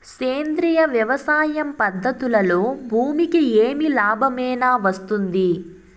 సేంద్రియ వ్యవసాయం పద్ధతులలో భూమికి ఏమి లాభమేనా వస్తుంది?